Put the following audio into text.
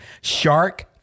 shark